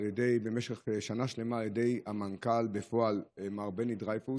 על ידי המנכ"ל בפועל מר בני דרייפוס.